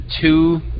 two